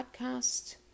podcast